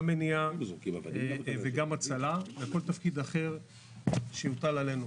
גם מניעה וגם הצלה וכל תפקיד אחר שיוטל עלינו.